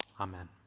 Amen